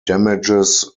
damages